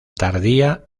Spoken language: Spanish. tardía